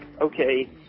okay